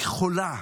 היא חולה.